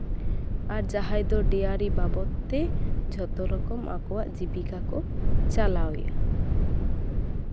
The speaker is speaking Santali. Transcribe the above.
ᱟᱨ ᱡᱟᱦᱟᱸᱭ ᱫᱚ ᱰᱮᱭᱟᱨᱤ ᱵᱟᱵᱚᱫᱛᱮ ᱡᱷᱚᱛᱚᱨᱚᱠᱚᱢ ᱟᱠᱚᱣᱟᱜ ᱡᱤᱵᱤᱠᱟ ᱠᱚ ᱪᱟᱞᱟᱣ ᱮᱜᱼᱟ